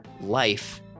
Life